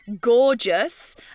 gorgeous